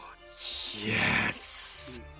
Yes